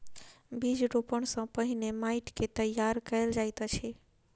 बीज रोपण सॅ पहिने माइट के तैयार कयल जाइत अछि